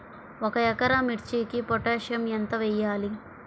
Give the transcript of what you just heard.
ఒక ఎకరా మిర్చీకి పొటాషియం ఎంత వెయ్యాలి?